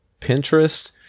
Pinterest